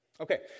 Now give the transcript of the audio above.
Okay